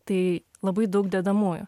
tai labai daug dedamųjų